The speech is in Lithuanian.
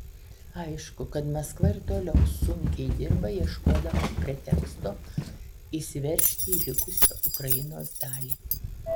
aišku kad maskva ir toliau sunkiai dirba ieškodama preteksto įsiveržti į likusią ukrainos dalį